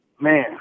man